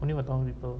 only got tamil people